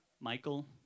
Michael